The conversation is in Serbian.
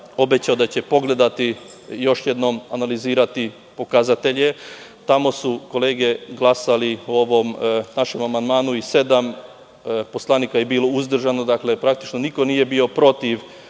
da će pogledati i još jednom analizirati pokazatelje. Tamo su kolege glasale o ovom našem amandmanu i sedam poslanika je bilo uzdržano. Praktično, niko nije bio protiv